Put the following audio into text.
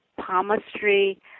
palmistry